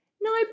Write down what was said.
no